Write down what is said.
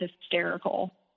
hysterical